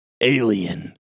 Alien